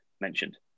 mentioned